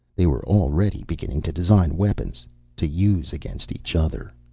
they were already beginning to design weapons to use against each other.